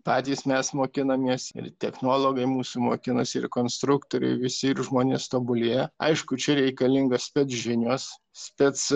patys mes mokinamės ir technologai mūsų mokinasi ir konstruktoriai visi ir žmonės tobulėja aišku čia reikalinga spec žinios spec